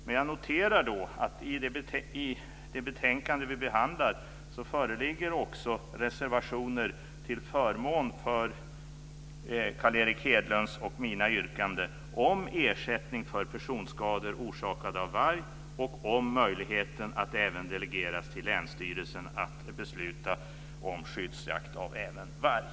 Men jag noterar att det till det betänkande vi behandlar också fogats reservationer till förmån för Carl Erik Hedlunds och mina yrkanden om ersättning för personskador orsakade av varg och om möjligheten att delegera till länsstyrelsen att besluta om skyddsjakt även av varg.